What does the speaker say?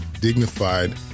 dignified